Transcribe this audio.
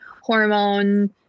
hormone